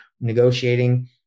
negotiating